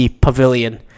pavilion